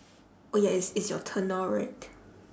oh ya it's it's your turn now right